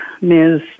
Ms